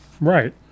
Right